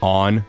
on